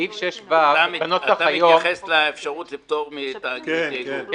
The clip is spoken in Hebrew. סעיף 6ו בנוסח היום --- אתה מתייחס לאפשרות לפטור מתיאגוד ---?